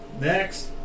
next